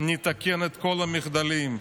נתקן את כל המחדלים,